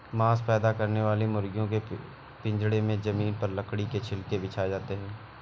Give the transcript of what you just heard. मांस पैदा करने वाली मुर्गियों के पिजड़े में जमीन पर लकड़ी के छिलके बिछाए जाते है